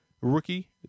Rookie